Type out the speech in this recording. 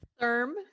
therm